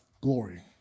glory